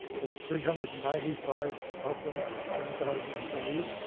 there were three hundred and ninety five of them. they had ten thousand employees.